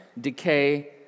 decay